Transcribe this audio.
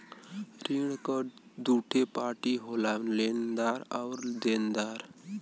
ऋण क दूठे पार्टी होला लेनदार आउर देनदार